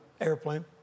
airplane